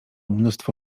mnóstwo